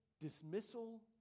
dismissal